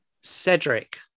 Cedric